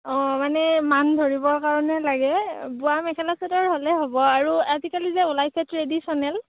অঁ মানে মান ধৰিবৰ কাৰণে লাগে বোৱা মেখেলা চাদৰ হ'লেই হ'ব আৰু আজিকালি যে ওলাইছে ট্ৰেদিছনেল